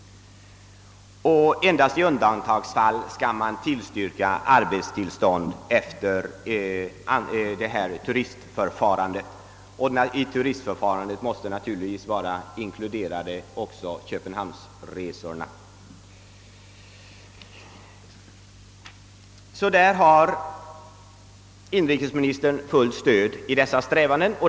Endast i undantagsfall kommer man att tillstyrka ansökningar om arbetstillstånd vid s.k. turistinvandring, och dit måste man naturligtvis räkna också »köpenhamnsresorna». Inrikesministern har alltså fullt stöd i sina strävanden att åstadkomma en organiserad invandring.